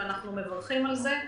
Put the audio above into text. ואנחנו מברכים על זה,